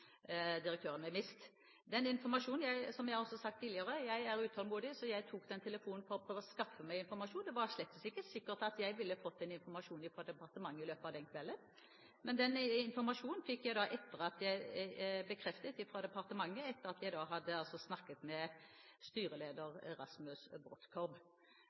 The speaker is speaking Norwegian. Som jeg også har sagt tidligere: Jeg er utålmodig, så jeg tok den telefonen for å prøve å skaffe meg informasjon. Det var slett ikke sikkert at jeg ville fått den informasjonen fra departementet i løpet av den kvelden. Men den informasjonen fikk jeg bekreftet fra departementet etter at jeg hadde snakket med styreleder Rasmus Brodtkorb. Jeg